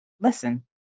listen